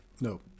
No